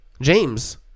James